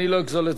שלוש דקות לרשותך.